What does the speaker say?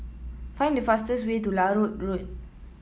find the fastest way to Larut Road